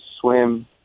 swim